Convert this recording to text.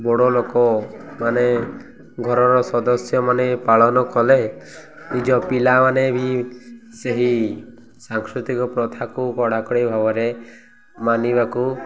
ବଡ଼ ଲୋକମାନେ ଘରର ସଦସ୍ୟମାନେ ପାଳନ କଲେ ନିଜ ପିଲାମାନେ ବି ସେହି ସାଂସ୍କୃତିକ ପ୍ରଥାକୁ କଡ଼ାକଡ଼ି ଭାବରେ ମାନିବାକୁ